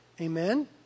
Amen